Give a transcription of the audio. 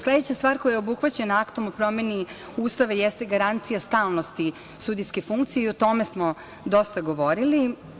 Sledeća stvar koja je obuhvaćena Aktom o promeni Ustava jeste garancija stalnosti sudijske funkcije i o tome smo dosta govorili.